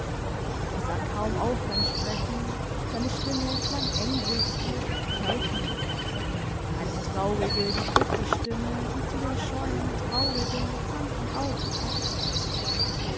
er sah kaum auf beim sprechen seine stimme klang engbrüstig pfeifend eine traurige gedrückte stimme die zu den scheuen traurigen kranken augen passte